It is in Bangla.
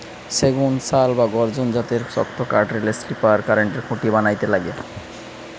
সেগুন, শাল বা গর্জন জাতের শক্তকাঠ রেলের স্লিপার, কারেন্টের খুঁটি বানাইতে লাগে